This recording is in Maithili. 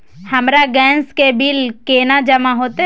हमर गैस के बिल केना जमा होते?